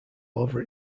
over